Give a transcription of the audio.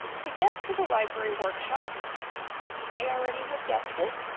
to get to the library workshops you may already have guessed it,